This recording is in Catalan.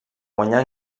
guanyar